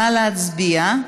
נא להצביע.